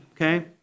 okay